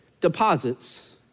deposits